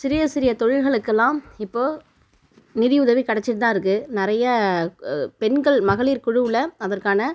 சிறிய சிறிய தொழில்களுக்கெல்லாம் இப்போது நிதி உதவி கிடைச்சிட்டுத்தான் இருக்குது நிறைய பெண்கள் மகளிர் குழுவில் அதற்கான